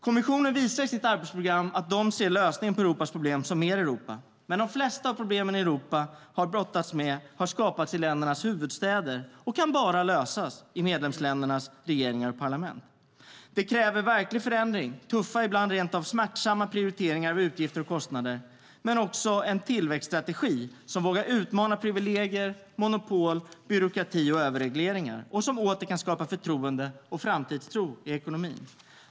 Kommissionen visar i sitt arbetsprogram att de anser att lösningen på Europas problem är "mer Europa". Men de flesta av de problem Europa har brottats med har skapats i ländernas huvudstäder och kan bara lösas i medlemsländernas regeringar och parlament. Det kräver verklig förändring i form av tuffa, ibland rent av smärtsamma, prioriteringar av utgifter och kostnader, men också en tillväxtstrategi som vågar utmana privilegier, monopol, byråkrati och överregleringar och som åter kan skapa förtroende och framtidstro i ekonomin.